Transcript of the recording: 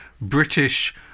British